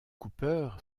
cooper